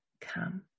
come